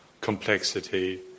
complexity